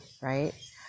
right